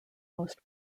most